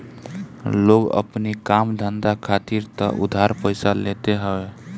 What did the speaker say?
लोग अपनी काम धंधा खातिर तअ उधार पइसा लेते हवे